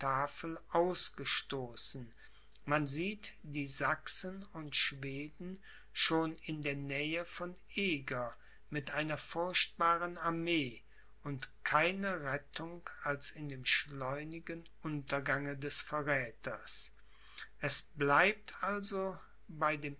ausgestoßen man sieht die sachsen und schweden schon in der nähe von eger mit einer furchtbaren armee und keine rettung als in dem schleunigen untergange des verräthers es bleibt also bei dem